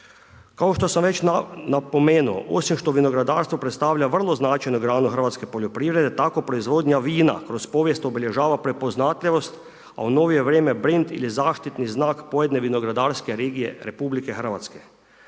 Kao što sam već napomenuo, osim što vinogradarstvo predstavlja vrlo značajnu granu hrvatske poljoprivrede, tako proizvodnja vina kroz povijest obilježava prepoznatljivost, a u novije vrijeme brend ili zaštitni znak pojedine vinogradarske regije RH.